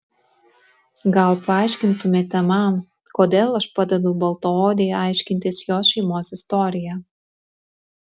gal paaiškintumėte man kodėl aš padedu baltaodei aiškintis jos šeimos istoriją